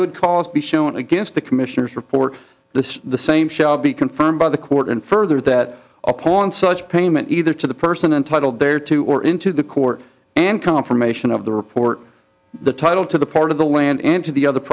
good cause be shown against the commissioner's report this the same shall be confirmed by the court and further that upon such payment either to the person and title there to or into the court and confirmation of the report the title to the part of the land and to the other